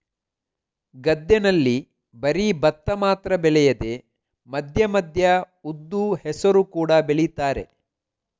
ಗದ್ದೆನಲ್ಲಿ ಬರೀ ಭತ್ತ ಮಾತ್ರ ಬೆಳೆಯದೆ ಮಧ್ಯ ಮಧ್ಯ ಉದ್ದು, ಹೆಸರು ಕೂಡಾ ಬೆಳೀತಾರೆ